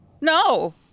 No